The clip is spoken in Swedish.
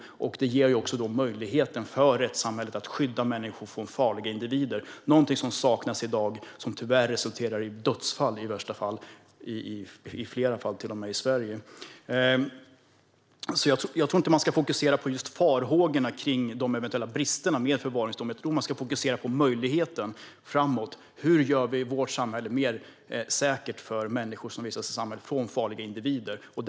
Detta skulle ge rättssamhället en möjlighet att skydda människor från farliga individer, någonting som saknas i dag och som tyvärr i värsta fall och i flera fall resulterar i dödsfall, till och med i Sverige. Jag tror inte att man ska fokusera på farhågor kring de eventuella bristerna med förvaringsdom, utan jag tror att man ska fokusera på möjligheten framåt: Hur gör vi vårt samhälle mer säkert för människor som vistas i samhället? Hur skyddar vi dem från farliga individer?